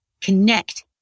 connect